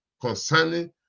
concerning